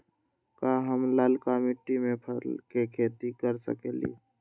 का हम लालका मिट्टी में फल के खेती कर सकेली?